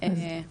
גם גברים אגב.